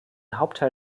hauptteil